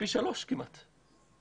שלושה כמעט.